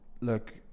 look